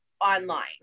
online